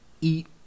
eat